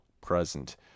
present